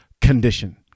condition